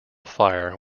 fire